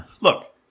Look